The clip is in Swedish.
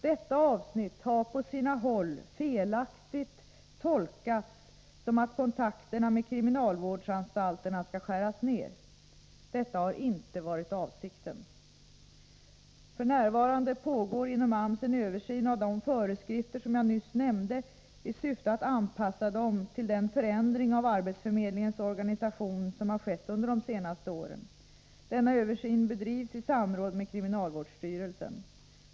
Detta avsnitt har på sina håll felaktigt tolkats som att kontakterna med kriminalvårdsanstalterna skall skäras ned. Detta har inte varit avsikten. F. n. pågår inom AMS en översyn av de föreskrifter som jag nyss nämnde i syfte att anpassa dem till den förändring av arbetsförmedlingens organisation som har skett under de senaste åren. Denna översyn bedrivs i samråd med kriminalvårdsstyrelsen.